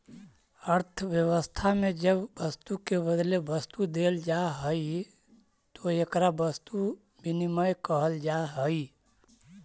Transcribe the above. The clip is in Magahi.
अर्थव्यवस्था में जब वस्तु के बदले वस्तु देल जाऽ हई तो एकरा वस्तु विनिमय कहल जा हई